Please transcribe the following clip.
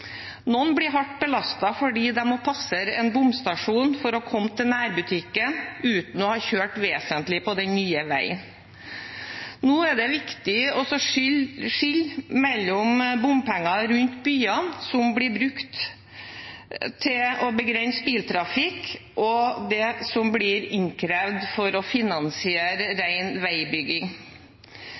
Noen blir hardt belastet fordi de må passere en bomstasjon for å komme til nærbutikken, uten å ha kjørt vesentlig på den nye veien. Nå er det viktig å skille mellom bompenger rundt byene, som blir brukt til å begrense biltrafikk, og det som blir innkrevd for å finansiere ren veibygging.